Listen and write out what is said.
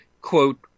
quote